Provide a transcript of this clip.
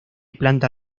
planta